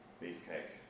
beefcake